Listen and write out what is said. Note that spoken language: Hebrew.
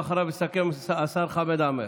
ואחריו יסכם השר חמד עמאר.